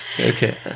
Okay